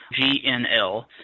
GNL